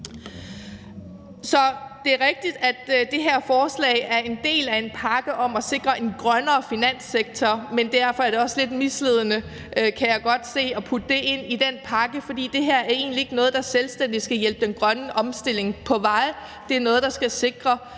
Så det er rigtigt, at det her forslag er en del af en pakke om at sikre en grønnere finanssektor. Men derfor er det også lidt misledende, kan jeg godt se, at putte det ind i den pakke, for det her er egentlig ikke noget, der selvstændigt skal hjælpe den grønne omstilling på vej. Det er noget, der skal sikre,